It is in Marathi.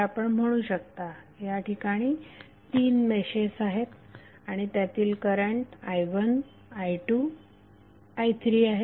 तर आपण म्हणू शकता या ठिकाणी तीन मेशेस आहेत आणि त्यातील करंट i1 i2 i3 आहेत